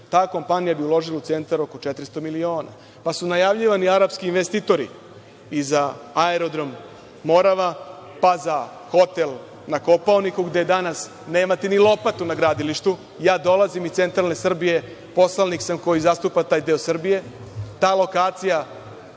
Ta kompanija bi uložila u Centar oko 400 miliona. Zatim su najavljivani araspki investitori i za Aerodrom „Morava“, pa za hotel na Kopaoniku, gde danas nemate ni lopatu na gradilištu. Dolazim iz centralne Srbije, poslanik sam koji zastupa taj deo Srbije,